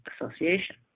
association